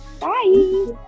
Bye